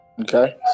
okay